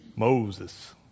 Moses